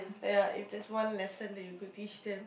ya if there's one lesson that you could teach them